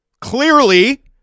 clearly